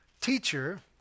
Teacher